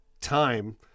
time